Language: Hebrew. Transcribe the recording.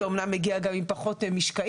זה אמנם מגיע גם עם פחות משקעים,